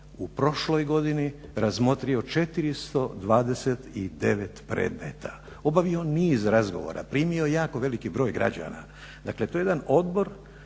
u prošloj godini razmotrio 429 predmeta. Obavio niz razgovora, primio jako veliki broj građana. Dakle, to je jedan odbor